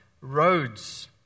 roads